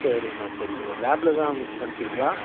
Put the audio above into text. சரிம்மா சரிம்மா லேப்பில் தான் மிஸ் பண்ணிட்டிங்களா